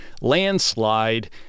landslide